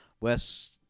West